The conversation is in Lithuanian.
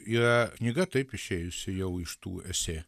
yra knyga taip išėjusi jau iš tų esė